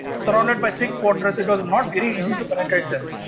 surrounded by thick fortress it was not very easy to penetrate them.